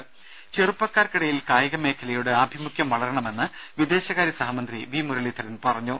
രുമ ചെറുപ്പക്കാർക്കിടയിൽ കായികമേഖലയോട് ആഭിമുഖ്യം വളരണമെന്ന് വിദേശകാര്യ സഹമന്ത്രി വി മുരളീധരൻ പറഞ്ഞു